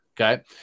Okay